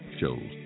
shows